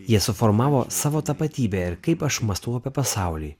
jie suformavo savo tapatybę ir kaip aš mąstau apie pasaulį